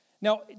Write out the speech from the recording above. Now